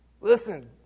Listen